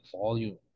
volume